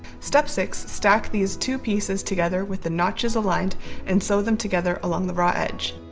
step six. stack these two pieces together with the notches aligned and sew them together along the raw edge.